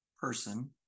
person